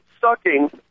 sucking